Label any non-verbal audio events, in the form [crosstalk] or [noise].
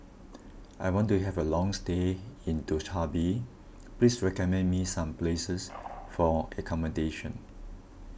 [noise] I want to have a long stay in Dushanbe Please recommend me some places for accommodation